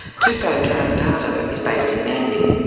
tupow draunidalo is based in and